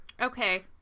Okay